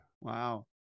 wow